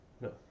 No